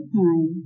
time